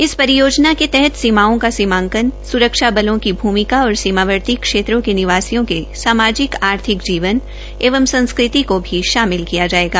इस परियोजना के तहत सीमाओं का सीमाकन स्रक्षा बलों की भूमिका और सीमावर्ती क्षेत्रों के निवासियों के सामाजिक आर्थिक जीवन एवं संस्कृति को भी शामिल किया जायेगा